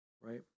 right